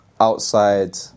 outside